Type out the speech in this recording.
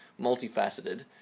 multifaceted